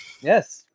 Yes